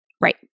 Right